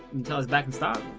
until its back in stock